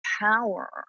power